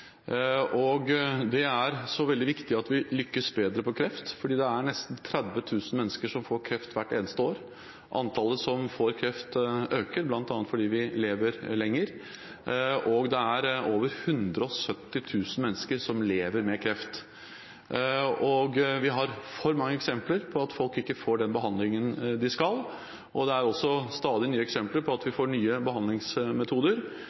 Det er så veldig viktig at vi lykkes bedre når det gjelder kreft, for det er nesten 30 000 mennesker som får kreft hvert eneste år. Antallet som får kreft, øker, bl.a. fordi vi lever lenger, og det er over 170 000 mennesker som lever med kreft. Vi har for mange eksempler på at folk ikke får den behandlingen de skal ha. Det er stadig nye eksempler på at vi